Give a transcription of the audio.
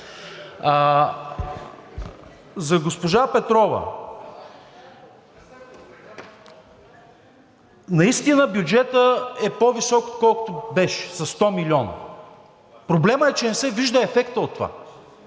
За госпожа Петрова. Наистина бюджетът е по-висок, отколкото беше, със 100 милиона. Проблемът е, че не се вижда ефектът от това.